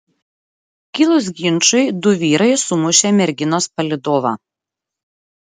kilus ginčui du vyrai sumušė merginos palydovą